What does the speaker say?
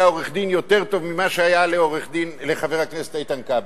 עורך-דין יותר טוב ממה שהיה לחבר הכנסת איתן כבל,